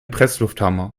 presslufthammer